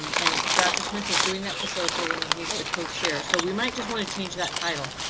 um and doctor smith is doing that facilitating and he's the co chair, so we might just want to change that title.